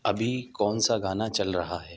ابھی کون سا گانا چل رہا ہے